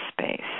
space